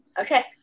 Okay